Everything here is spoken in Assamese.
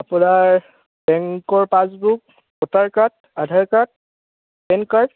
আপোনাৰ বেংকৰ passbook voter card Aadhaar card PAN card